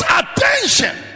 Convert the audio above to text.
attention